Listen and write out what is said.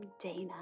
Dana